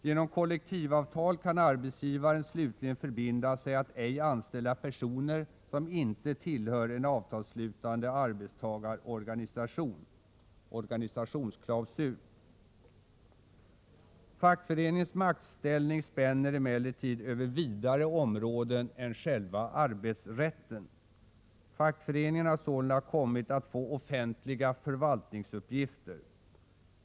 Genom kollektivavtal kan arbetsgivaren slutligen förbinda sig att ej anställa personer, som inte tillhör en avtalsslutande arbetstagarorganisation . Fackföreningens maktställning spänner emellertid över vidare områden än själva arbetsrätten. Fackföreningen har sålunda kommit att få offentliga förvaltningsuppgifter.